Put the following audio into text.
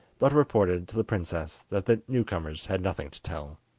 but reported to the princess that the newcomers had nothing to tell.